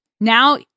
Now